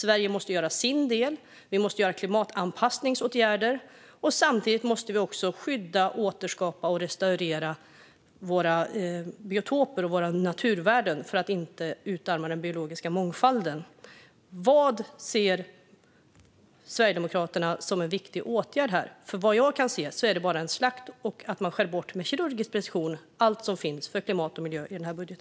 Sverige måste göra sin del - göra klimatanpassningsåtgärder och samtidigt skydda, återskapa och restaurera biotoper och naturvärden för att inte utarma den biologiska mångfalden. Vad ser Sverigedemokraterna som en viktig åtgärd här? Vad jag kan se är det bara en slakt som pågår. I den här budgeten skär man med kirurgisk precision bort allt som handlar om miljö och klimat.